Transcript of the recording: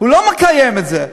הוא לא מקיים את זה.